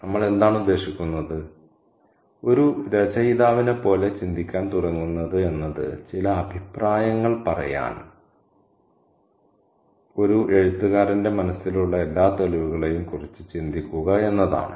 നമ്മൾ എന്താണ് ഉദ്ദേശിക്കുന്നത് ഒരു രചയിതാവിനെപ്പോലെ ചിന്തിക്കാൻ തുടങ്ങുന്നത് എന്നത് ചില അഭിപ്രായങ്ങൾ പറയാൻ ഒരു എഴുത്തുകാരന്റെ മനസ്സിലുള്ള എല്ലാ തെളിവുകളെയും കുറിച്ച് ചിന്തിക്കുക എന്നതാണ്